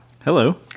hello